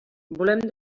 volem